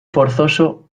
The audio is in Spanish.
forzoso